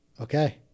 Okay